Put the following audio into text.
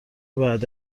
باید